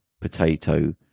potato